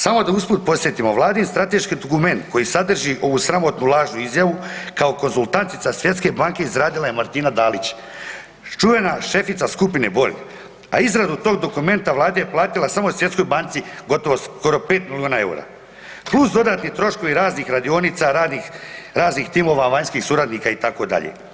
Samo da usput podsjetimo, vladin strateški dokument koji sadrži ovu sramotnu lažnu izjavu kao konzultantica Svjetske banke izradila je Martina Dalić, čuvena šefica skupine Borg, a izradu tog dokumenta Vlada platila samo Svjetskoj banci gotovo skoro 5 milijuna eura plus dodatni troškovi raznih radionica, raznih timova vanjskih suradnika itd.